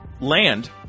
land